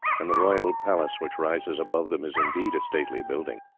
and the royal palace, which rises above them, is indeed a stately building.